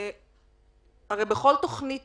הרי בכל תכנית